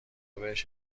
بهش